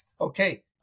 okay